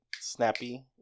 snappy